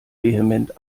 vehement